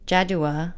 Jadua